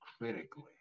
critically